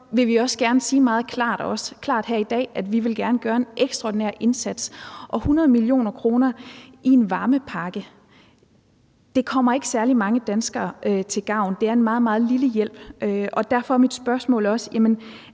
klart her i dag, at vi gerne vil gøre en ekstraordinær indsats. Og 100 mio. kr. i en varmepakke kommer ikke særlig mange danskere til gavn. Det er en meget, meget lille hjælp. Derfor er mit spørgsmål også: